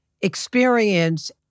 experience